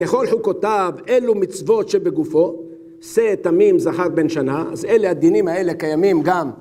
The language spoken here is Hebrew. בכל חוקותיו, אלו מצוות שבגופו, שה, תמים, זכר, בן שנה, אז אלה הדינים האלה קיימים גם.